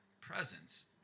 presence